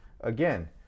again